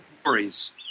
stories